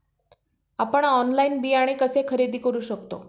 आपण ऑनलाइन बियाणे कसे खरेदी करू शकतो?